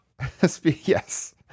Yes